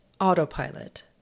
autopilot